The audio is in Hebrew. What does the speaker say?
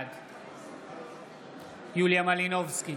בעד יוליה מלינובסקי,